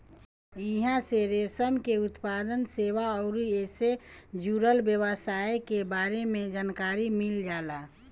इहां से रेशम के उत्पादन, सेवा अउरी एसे जुड़ल व्यवसाय के बारे में जानकारी मिल जाला